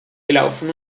gelaufen